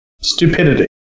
Stupidity